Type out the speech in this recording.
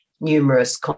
numerous